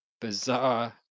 bizarre